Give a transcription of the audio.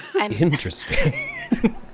Interesting